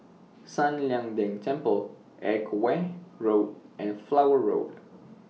San Lian Deng Temple Edgware Road and Flower Road